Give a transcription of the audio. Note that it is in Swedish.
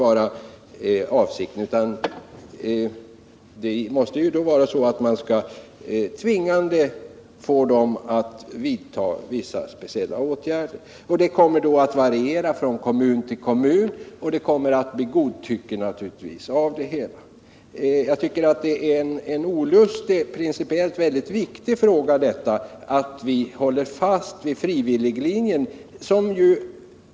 Avsikten måste ju vara att tvinga fastighetsägarna att vidta vissa speciella åtgärder. Förfarandet kommer då att variera från kommun till kommun, och det kommer naturligtvis att bli godtycke av det hela. Jag tycker att det är en principiellt viktig fråga, om vi skall hålla fast vid frivilliglinjen eller inte.